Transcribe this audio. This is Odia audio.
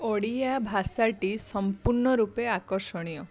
ଓଡ଼ିଆ ଭାଷାଟି ସମ୍ପୂର୍ଣ ରୂପେ ଆକର୍ଷଣୀୟ